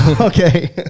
Okay